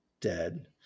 Dead